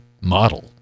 model